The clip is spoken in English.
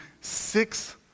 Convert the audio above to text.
six